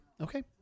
Okay